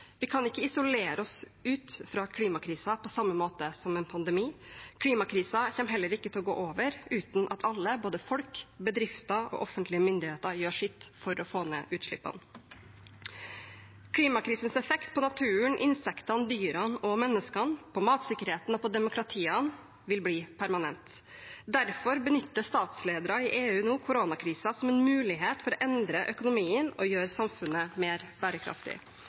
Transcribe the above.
Vi kan ikke isolere oss ute fra klimakrisen på samme måte som fra en pandemi, klimakrisen kommer heller ikke til å gå over uten at alle, både folk, bedrifter og offentlige myndigheter gjør sitt for å få ned utslippene. Klimakrisens effekt på naturen, insektene, dyrene og menneskene, på matsikkerheten og på demokratiene vil bli permanent. Derfor benytter statsledere i EU nå koronakrisen som en mulighet for å endre økonomien og gjøre samfunnet mer bærekraftig.